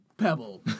pebble